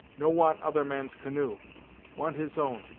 no want other man's canoe want his own.